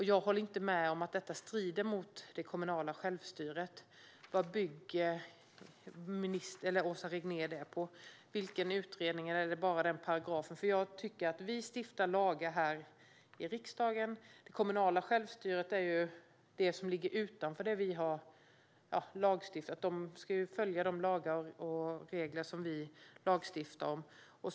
Jag håller inte med om att det strider mot det kommunala självstyret. Vad bygger Åsa Regnér det på? Bygger det på någon utredning eller bara på den paragrafen? Vi stiftar lagar här i riksdagen. Det kommunala självstyret ligger utanför riksdagen, men kommunerna ska följa de lagar och regler som vi beslutar om.